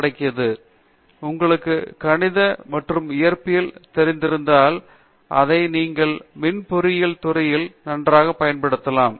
பேராசிரியர் தீபா வெங்கடேஷ் உங்களுக்கு கணித மற்றும் இயற்பியல் தெரிந்தால் அதை நீங்கள் மின் பொறியியல் துறையில் நன்றாகப் பயன்படுத்தலாம்